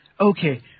okay